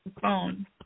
phone